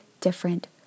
different